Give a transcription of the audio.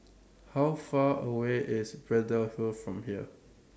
How Far away IS Braddell Hill from here